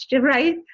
right